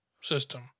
system